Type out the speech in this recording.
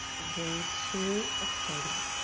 day two of thirty.